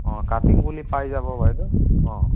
অ' cutting পুলি পাই যাব বাইদ' অ'